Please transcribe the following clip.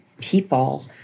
people